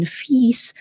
fees